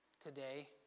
today